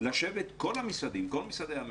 לשבת כל משרדי הממשלה,